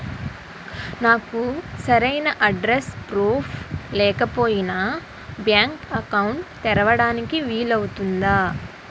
నాకు సరైన address proof లేకపోయినా బ్యాంక్ అకౌంట్ తెరవడానికి వీలవుతుందా?